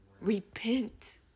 repent